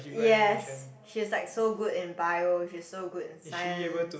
yes she is like so good in bio she's so good in science